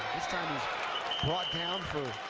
time brought down for